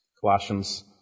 Colossians